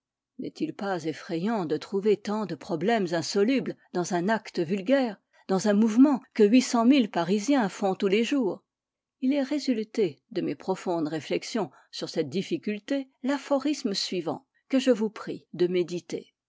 n'est-il pas effrayant de trouver tant de problèmes insolubles dans un acte vulgaire dans un mouvement que huit cent mille parisiens font tous les jours il est résulté de mes profondes réflexions sur cette difficulté l'aphorisme suivant que je vous prie de méditer